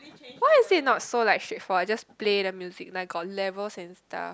why is it not so like straightforward I just play the music like got levels and style